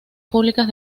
públicas